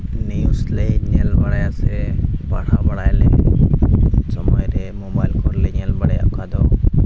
news ᱞᱮ ᱧᱮᱞ ᱵᱟᱲᱟᱭᱟ ᱥᱮ ᱯᱟᱲᱦᱟᱣ ᱵᱟᱲᱟᱭᱟ ᱞᱮ ᱥᱚᱢᱚᱭ ᱨᱮ ᱢᱳᱵᱟᱭᱤᱞ ᱠᱚᱞᱮ ᱧᱮᱞ ᱵᱟᱲᱟᱭᱟ ᱚᱠᱟᱫᱚ